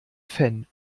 fan